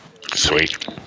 Sweet